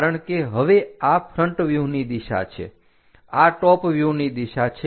કારણ કે હવે આ ફ્રન્ટ વ્યૂહની દિશા છે આ ટોપ વ્યૂહની દિશા છે